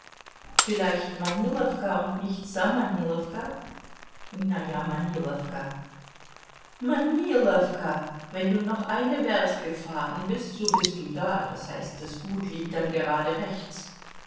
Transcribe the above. vielleicht manilowka und nicht samanilowka na ja manilowka manilowka wenn du noch eine werst gefahren bist so bist du da das heißt das gut liegt dann gerade rechts